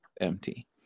empty